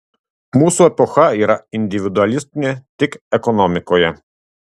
mūsų epocha yra individualistinė tik ekonomikoje